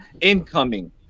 incoming